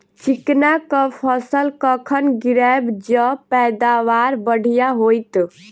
चिकना कऽ फसल कखन गिरैब जँ पैदावार बढ़िया होइत?